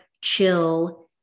chill